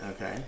Okay